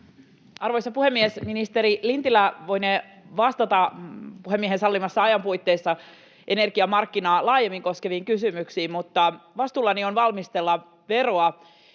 Arvoisa puhemies! Ministeri Lintilä voinee vastata puhemiehen salliman ajan puitteissa energiamarkkinaa laajemmin koskeviin kysymyksiin, mutta vastuullani on valmistella veroa,